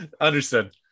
Understood